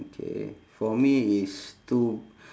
okay for me is to